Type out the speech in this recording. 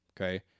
okay